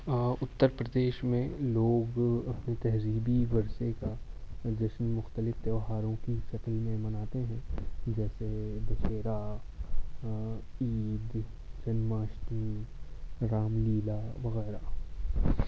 اتر پردیش میں لوگ اپنے تہذیبی ورثے کا جشن مختلف تیوہاروں کی شکل میں مناتے ہیں جیسے دسہرا عید جنماشٹمی رام لیلا وغیرہ